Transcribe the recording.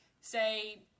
say